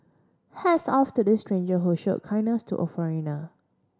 hats off to this stranger who showed kindness to a foreigner